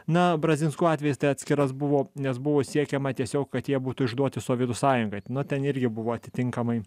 na brazinskų atvejis atskiras buvo nes buvo siekiama tiesiog kad jie būtų išduoti sovietų sąjungai nu ten irgi buvo atitinkamai